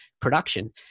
production